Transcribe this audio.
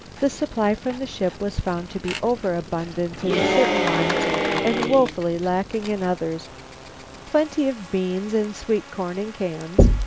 the supply from the ship was found to be over-abundant in certain lines and woefully lacking in others plenty of beans and sweet corn in cans,